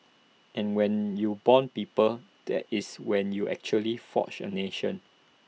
and when you Bond people that is when you actually forge A nation